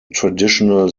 traditional